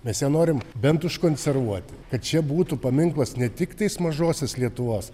mes ją norim bent užkonservuoti kad čia būtų paminklas ne tiktais mažosios lietuvos